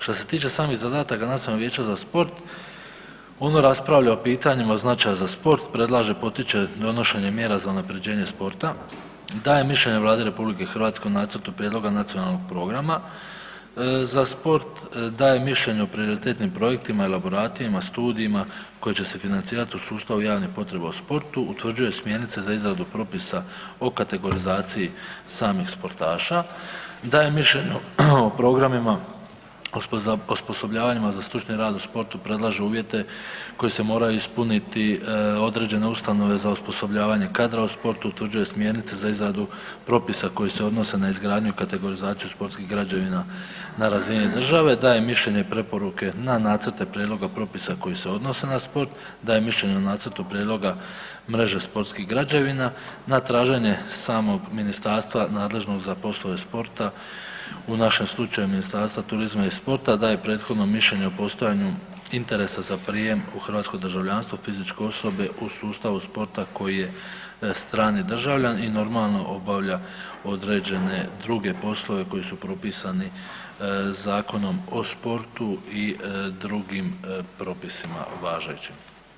Što se tiče samih zadataka Nacionalnog vijeća za sport ono raspravlja o pitanja od značaja za sport, predlaže, potiče donošenje mjera za unapređenje sporta, daje mišljenje Vladi RH o nacrtu prijedlogu nacionalnog programa za sport, daje mišljenje o prioritetnim projektima, elaboratima, studijima koje će se financirati u sustavu javne potrebe o sportu, utvrđuje smjernice za izradu propisa o kategorizaciji samih sportaša, daje mišljenje o programima, za osposobljavanjima za stručni rad u sportu, predlažu uvjete koji se moraju ispuniti, određene ustanove za osposobljavanje kadra u sportu, utvrđuju smjernice za izradu propisa koji se odnose na izgradnju i kategorizaciju sportskih građevina na razini države, daje mišljenje i preporuke na nacrte prijedloga propisa koji se odnose na sport, daje mišljenje na nacrte prijedloga mreže sportskih građevina na traženje samog ministarstva nadležno za poslove sporta u našem slučaju Ministarstva turizma i sporta, daje prethodno mišljenje o postojanju interesa za prijem u hrvatskog državljanstvo fizičke osobe u sustavu sporta koji je strani državljan i normalno obavlja određene druge poslove koji su propisani Zakonom o sportu i drugim propisima važećim.